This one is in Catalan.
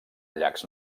llacs